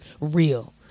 real